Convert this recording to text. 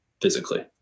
physically